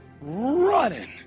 running